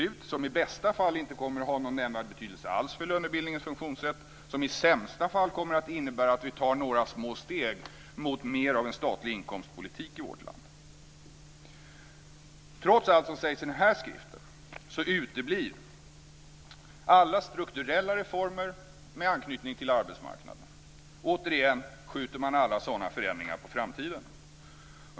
Det sistnämnda kommer i bästa fall inte att ha någon nämnvärd betydelse alls för lönebildningens funktionssätt, och i sämsta fall att innebära att vi tar några små steg mot mer av en statlig inkomstpolitik i vårt land. Trots allt som sägs i skriften uteblir alla strukturella reformer med anknytning till arbetsmarknaden. Återigen skjuter man alla sådana förändringar på framtiden.